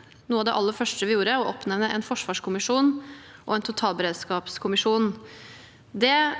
inn i regjering høsten 2021, var å oppnevne en forsvarskommisjon og en totalberedskapskommisjon. Det